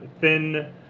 thin